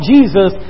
Jesus